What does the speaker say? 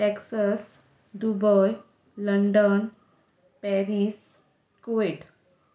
Texas Dubai London Paris Kuwait